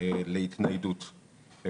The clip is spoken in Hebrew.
חיים,